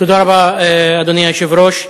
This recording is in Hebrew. אדוני היושב-ראש,